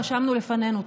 רשמנו לפנינו.